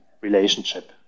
relationship